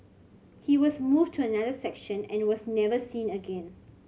he was moved to another section and was never seen again